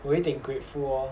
我一点 grateful lor